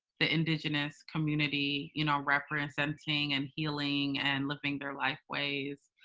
the indigenous community, you know, representing and healing, and living their life ways,